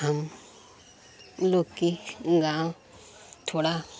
हम लोग कि गाँव थोड़ा